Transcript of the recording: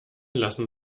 lassen